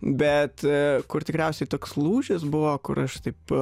bet kur tikriausiai toks lūžis buvo kur aš taip